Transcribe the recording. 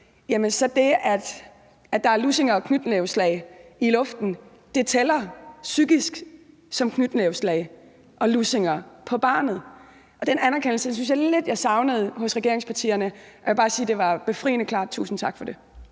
tæller det, at der f.eks. er lussinger og knytnæveslag i luften, som psykiske knytnæveslag og lussinger mod barnet. Den anerkendelse synes jeg lidt jeg savnede hos regeringspartierne. Jeg vil bare sige, at det var befriende klart her. Tusind tak for det.